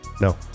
No